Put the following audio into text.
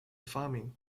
farming